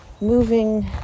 moving